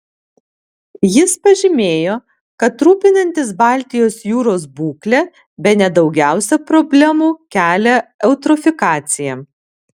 jis pažymėjo kad rūpinantis baltijos jūros būkle bene daugiausiai problemų kelia eutrofikacija